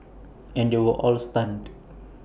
and they were all stunned